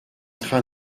train